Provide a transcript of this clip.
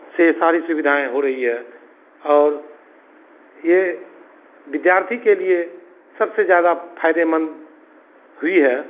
से सारी सुविधाएँ हो रही हैं और ये विद्यार्थी के लिए सबसे ज़्यादा फायदेमंद हुई है